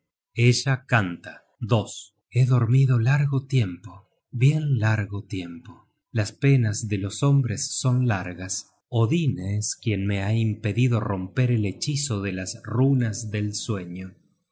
canta he dormido largo tiempo bien largo tiempo las penas de los hombres son largas odin es quien me ha impedido romper el hechizo de las runas del sueño